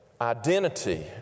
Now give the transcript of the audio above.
identity